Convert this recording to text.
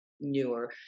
newer